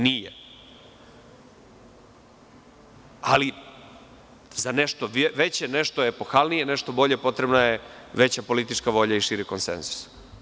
Nije, ali za nešto veće, nešto epohalnije, nešto bolje, potrebna je veća politička volja i širi konsenzus.